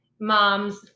mom's